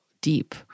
deep